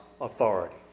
authority